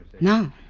No